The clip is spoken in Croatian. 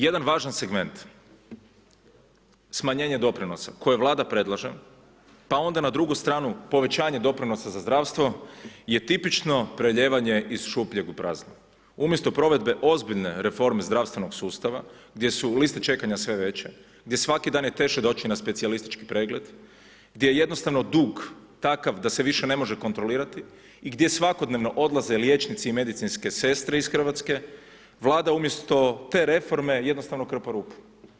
Jedan važan segment smanjenje doprinosa koje Vlada predlaže pa onda na drugu stranu povećanje doprinosa za zdravstvo je tipično prelijevanje iz šupljeg u prazno, umjesto provedbe ozbiljne reforme zdravstvenog sustava gdje su liste čekanja sve veće gdje svaki dan je teže doći na specijalistički pregled gdje je jednostavno dug takav da se više ne može kontrolirati i gdje svakodnevno odlaze liječnici i medicinske sestre iz Hrvatske, Vlade umjesto te reforme jednostavno krpa rupu.